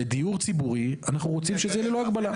בדיור ציבורי, אנחנו רוצים שזה יהיה ללא הגבלה.